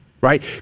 right